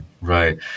right